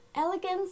Elegance